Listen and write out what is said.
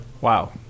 wow